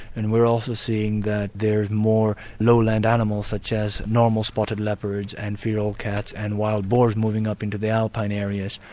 and we're also seeing that there's more lowland animals such as normal spotted leopards and feral cats and wild boars moving up into the alpine areas.